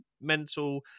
mental